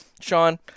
Sean